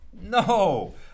no